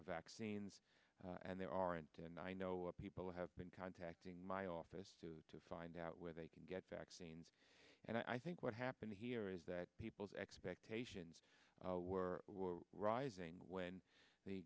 vaccines and there aren't and i know people have been contacting my office to find out where they can get vaccines and i think what happened here is that people's expectations were rising when the